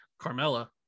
Carmella